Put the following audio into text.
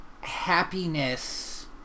happiness